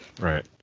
right